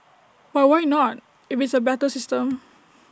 but why not if it's A better system